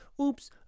oops